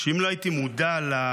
אם לא הייתי מודע לאמת,